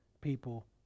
people